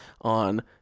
on